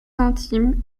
intime